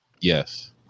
Yes